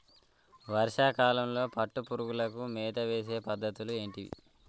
వర్షా కాలంలో పట్టు పురుగులకు మేత వేసే పద్ధతులు ఏంటివి?